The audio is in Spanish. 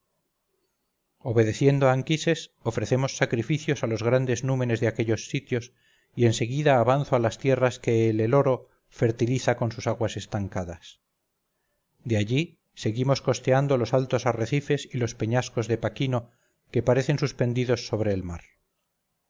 obedeciendo a anquises ofrecemos sacrificios a los grandes númenes de aquellos sitios y en seguida avanzo a las tierras que el heloro fertiliza con sus aguas estancadas de allí seguimos costeando los altos arrecifes y los peñascos de paquino que parecen suspendidos sobre el mar